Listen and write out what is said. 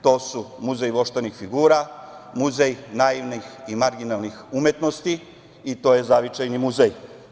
To su Muzej voštanih figura, Muzej naivnih i marginalnih umetnosti i Zavičajni muzej.